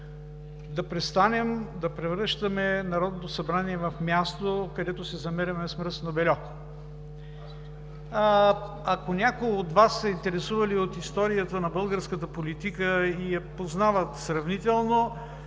да престанем да превръщаме Народното събрание в място, където се замеряме с мръсно бельо. Ако някои от Вас са се интересували от историята на българската политика и я познават сравнително,